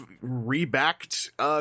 re-backed